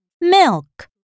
milk